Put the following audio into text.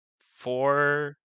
four